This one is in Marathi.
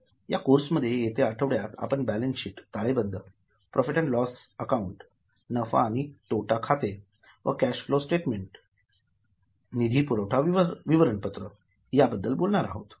या कोर्समध्ये येत्या आठवड्यात आपण बॅलन्स शीट ताळेबंद प्रॉफिट अँड लॉस अकाउंट नफा आणि तोटा खाते व कॅश फ्लो स्टेटमेंट निधी पुरवठा विवरणपत्र या बद्दल बोलनार आहोत